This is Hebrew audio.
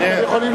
כן, מתחיל להיות